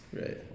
Right